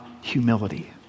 humility